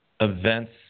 events